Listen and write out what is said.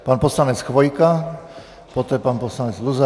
Pan poslanec Chvojka, poté pan poslanec Luzar.